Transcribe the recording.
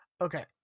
okay